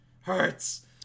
Hurts